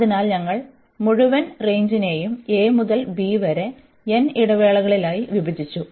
അതിനാൽ ഞങ്ങൾ മുഴുവൻ റേഞ്ചിനെയും a മുതൽ b വരെ n ഇടവേളകളായി വിഭജിച്ചു